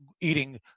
eating